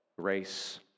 grace